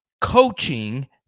coaching